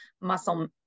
muscle